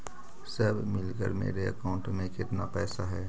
सब मिलकर मेरे अकाउंट में केतना पैसा है?